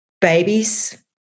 babies